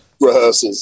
rehearsals